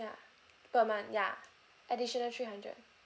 per month ya additional three hundred